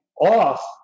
off